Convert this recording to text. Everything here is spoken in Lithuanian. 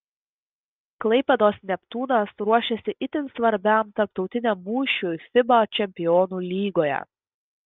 klaipėdos neptūnas ruošiasi itin svarbiam tarptautiniam mūšiui fiba čempionų lygoje